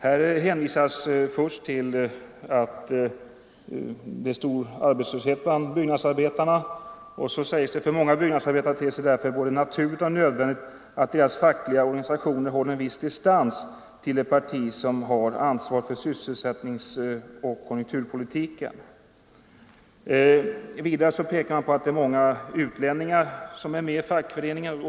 Här hänvisas först till att det råder stor arbetslöshet bland byggnadsarbetarna och sedan sägs det: ”För många byggnadsarbetare ter det sig därför både naturligt och nödvändigt att deras fackliga organisationer håller en viss distans till det parti som har ansvaret för sysselsättningsoch konjunkturpolitiken.” Vidare pekar man på att många utlänningar är med i fackföreningen.